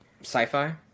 sci-fi